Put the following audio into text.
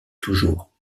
toujours